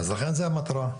לכן, זו המטרה.